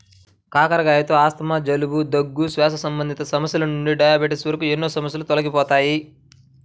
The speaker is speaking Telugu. కాకరకాయలతో ఆస్తమా, జలుబు, దగ్గు, శ్వాస సంబంధిత సమస్యల నుండి డయాబెటిస్ వరకు ఎన్నో సమస్యలు తొలగిపోతాయి